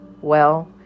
Well